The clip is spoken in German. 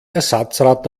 ersatzrad